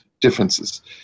differences